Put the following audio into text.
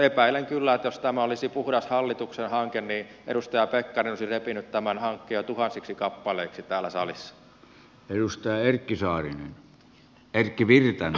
epäilen kyllä että jos tämä olisi puhdas hallituksen hanke niin edustaja pekkarinen olisi repinyt tämän hankkeen jo tuhansiksi kappaleiksi täällä salissa